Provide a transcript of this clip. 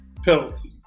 Pills